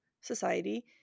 society